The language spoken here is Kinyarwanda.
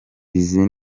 izi